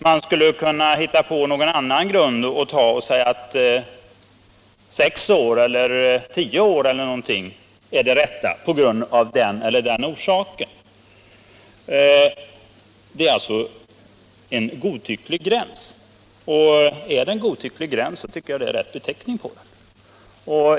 Man skulle kunna hitta på någon annan grund och säga att sex år eller tio år är det rätta — av den eller den orsaken. Det är alltså en godtycklig gräns, och jag tycker att det är rätt beteckning på den.